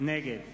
נגד